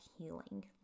healing